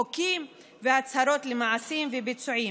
חוקים והצהרות למעשים ולביצועים.